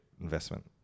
investment